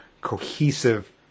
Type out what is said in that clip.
cohesive